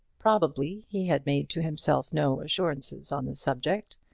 probably he had made to himself no assurances on the subject.